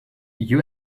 you